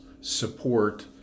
support